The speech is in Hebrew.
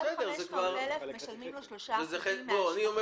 עד 500,000 שקלים משלמים לו 3%. אתה